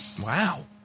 Wow